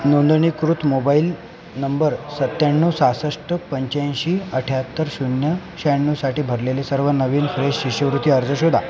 नोंदणीकृत mobile number सत्त्याण्णव सहासष्ट पंच्याऐशी अठ्यात्तर शून्य शहाण्णवसाठी भरलेले सर्व नवीन फ्रेश शिष्यवृत्ती अर्ज शोधा